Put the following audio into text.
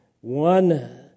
One